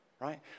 right